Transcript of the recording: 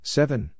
Seven